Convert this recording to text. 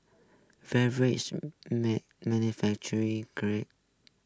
beverage manufacturer great